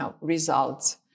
results